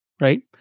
right